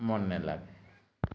ମନ ନାଇଁ ଲାଗ